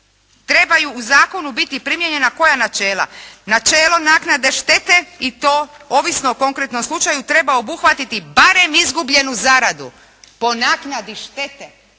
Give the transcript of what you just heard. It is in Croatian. Trebaju u zakonu biti primijenjena koja načela? Načelo naknade štete i to ovisno o konkretnom slučaju treba obuhvatiti barem izgubljenu zaradu po naknadi štete